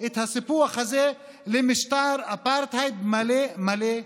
את הסיפוח הזה למשטר אפרטהייד מלא מלא,